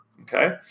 okay